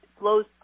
flows